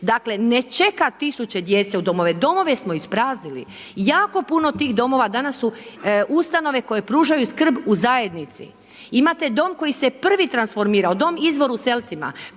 Dakle, ne čeka tisuće djece u domove, domove smo ispraznili. Jako puno tih domova danas su ustanove koje pružaju skrb u zajednici. Imate dom koji se prvi transformirao, dom Izvor u Selcima,